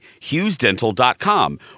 HughesDental.com